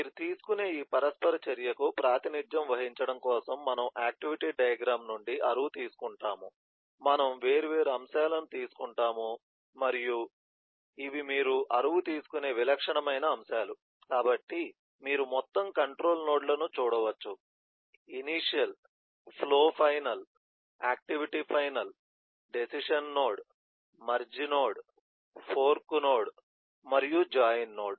మీరు తీసుకునే ఈ పరస్పర చర్యకు ప్రాతినిధ్యం వహించడం కోసం మనము ఆక్టివిటీ డయాగ్రమ్ నుండి అరువు తీసుకుంటాము మనము వేర్వేరు అంశాలను తీసుకుంటాము మరియు ఇవి మీరు అరువు తీసుకునే విలక్షణమైన అంశాలు కాబట్టి మీరు మొత్తం కంట్రోల్ నోడ్లను చూడవచ్చు initial flow final activity final decision node merge node fork node మరియు జాయిన్ నోడ్